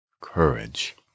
Courage